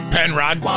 Penrod